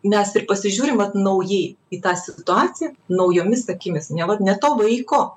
mes ir pasižiūrim vat naujai į tą situaciją naujomis akimis ne vat ne to vaiko